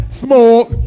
smoke